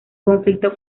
conflicto